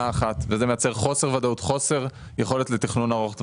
יוצר חוסר ודאות וחוסר יכולת לתכנון ארוך טווח.